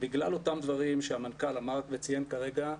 בגלל אותם דברים שמנכ"ל אמר וציין כרגע,